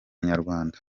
inyarwanda